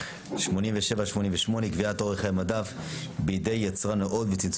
סעיפים 88-87 (קביעת אורך חיי מדף בידי יצרן נאות וצמצום